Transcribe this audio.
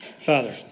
Father